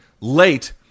late